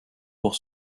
pour